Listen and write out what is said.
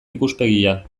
ikuspegia